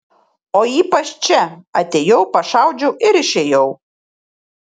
o ypač čia atėjau pašaudžiau ir išėjau